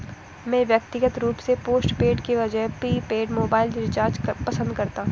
मैं व्यक्तिगत रूप से पोस्टपेड के बजाय प्रीपेड मोबाइल रिचार्ज पसंद करता हूं